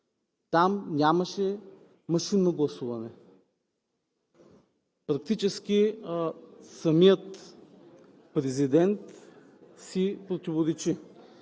Там нямаше машинно гласуване. Практически самият президент си противоречи.